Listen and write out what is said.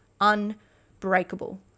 unbreakable